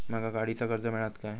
माका गाडीचा कर्ज मिळात काय?